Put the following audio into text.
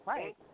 Right